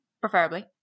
Preferably